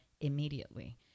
immediately